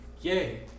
Yay